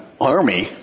army